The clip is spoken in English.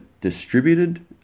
distributed